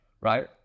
right